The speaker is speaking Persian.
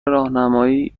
راهنمای